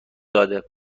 داده